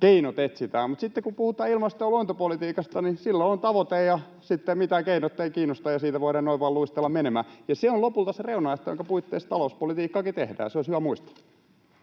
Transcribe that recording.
keinot etsitään, mutta silloin, kun puhutaan ilmasto- ja luontopolitiikasta, on tavoite ja mitkään keinot eivät kiinnosta ja siitä voidaan noin vain luistella menemään. Ja se on lopulta se reunaehto, jonka puitteissa talouspolitiikkaakin tehdään. Se olisi hyvä muistaa.